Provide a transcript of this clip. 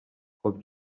خوب